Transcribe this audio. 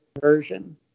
version